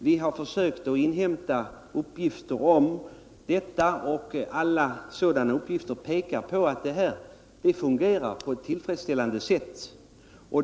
Vi har försökt inhämta uppgifter om detta, och alla sådana uppgifter pekar på att det här fungerar på ett tillfredsställande sätt.